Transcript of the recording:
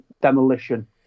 demolition